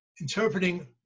interpreting